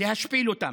להשפיל אותם.